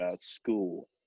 school